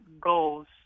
goals